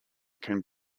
can